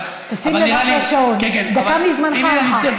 תשים לב לשעון, דקה מזמנך עברה.